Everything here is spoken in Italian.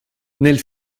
nel